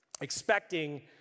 expecting